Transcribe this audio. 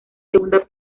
segunda